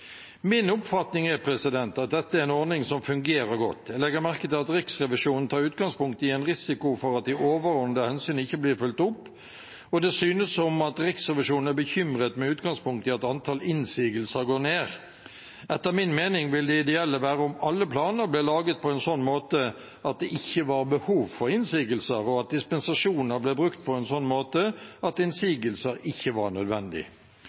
Min oppfatning er at dette er en ordning som fungerer godt. Jeg legger merke til at Riksrevisjonen tar utgangspunkt i en risiko for at de overordnede hensyn ikke blir fulgt opp, og det synes som om Riksrevisjonen er bekymret med utgangspunkt i at antall innsigelser går ned. Etter min mening ville det ideelle være om alle planer ble laget på en sånn måte at det ikke var behov for innsigelser, og at dispensasjoner ble brukt på en sånn måte at innsigelser ikke var nødvendig.